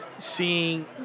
Seeing